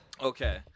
Okay